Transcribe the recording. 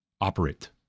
operate